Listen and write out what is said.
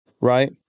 right